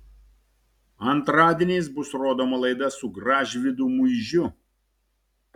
antradieniais bus rodoma laida su gražvydu muižiu